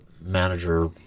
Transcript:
manager